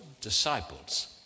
disciples